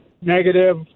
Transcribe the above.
negative